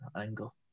angle